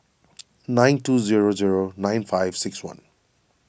nine two zero zero nine five six one